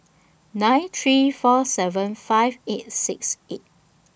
nine three four seven five eight six eight